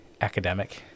academic